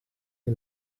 que